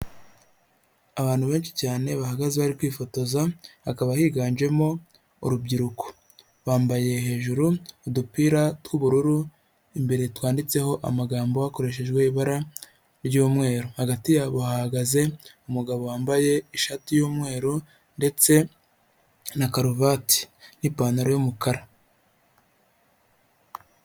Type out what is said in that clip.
Abantu benshi cyane bahagaze bari kwifotoza hakaba higanjemo urubyiruko, bambaye hejuru udupira tw'ubururu imbere twanditseho amagambo hakoreshejwe ibara ry'umweru, hagati yabo hahagaze umugabo wambaye ishati y'umweru ndetse na karuvati n'ipantaro y'umukara.